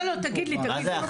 לא, תגיד לי, תגיד לי.